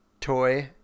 toy